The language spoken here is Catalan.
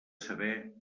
saber